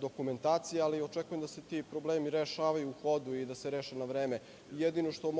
dokumentacija, ali očekujem da se ti problemi rešavaju u hodu i da se reše na vreme. Jedino što